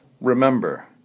Remember